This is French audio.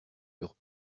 leur